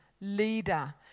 leader